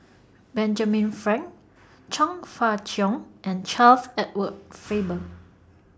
Benjamin Frank Chong Fah Cheong and Charles Edward Faber